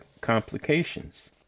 complications